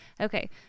Okay